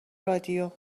رادیو